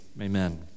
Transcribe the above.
amen